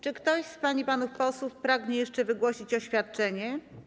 Czy ktoś z pań i panów posłów pragnie jeszcze wygłosić oświadczenie?